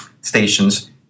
stations